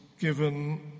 given